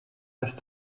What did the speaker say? passe